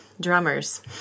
Drummers